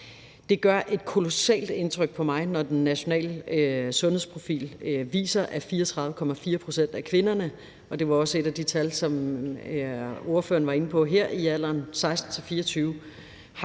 Det gør et kolossalt indtryk på mig, når den nationale sundhedsprofil viser, at 34,4 pct. af kvinderne i alderen 16-24 år – og det var jo også et af de tal, som ordføreren var inde på her – har